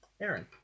Aaron